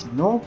no